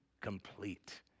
complete